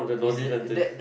is it that that